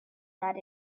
that